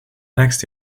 next